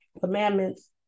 commandments